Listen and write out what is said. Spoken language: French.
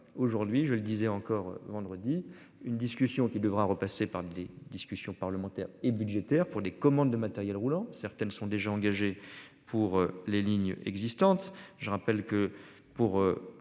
aujourd'hui, je le disais encore vendredi une discussion qui devra repasser par des discussions parlementaires et budgétaire pour les commandes de matériel roulant, certaines sont déjà engagés pour les lignes existantes, je rappelle que pour